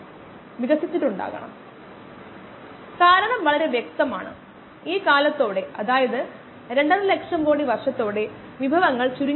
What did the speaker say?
നമുക്ക് രണ്ട് വ്യത്യസ്ത കോശങ്ങളുടെ തരങ്ങളുടെ സമ്മിശ്രം ഉണ്ടാകുന്ന ഒരു തരം പെരുമാറ്റമാണിത്